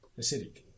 acidic